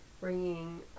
bringing